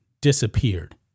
disappeared